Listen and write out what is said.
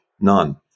none